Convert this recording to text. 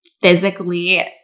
physically